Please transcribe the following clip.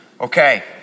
Okay